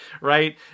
right